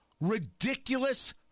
Ridiculous